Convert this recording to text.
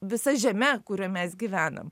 visa žeme kurioj mes gyvenam